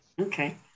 Okay